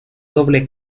doble